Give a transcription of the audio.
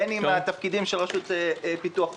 בין אם בשל התפקידים של רשות הפיתוח לנגב,